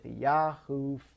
Yahoo